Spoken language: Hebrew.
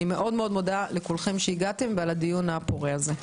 אני מאוד מאוד מאוד לכולם שהגעתם ועל הדיון הפורה הזה.